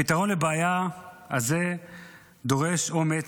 הפתרון לבעיה הזו דורש אומץ,